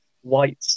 white